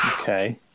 okay